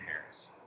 Harris